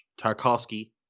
Tarkovsky